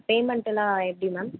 பேமெண்ட்டெல்லாம் எப்படி மேம்